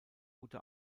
gute